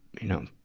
you know,